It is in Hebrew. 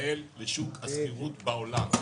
בישראל לשוק השכירות בעולם.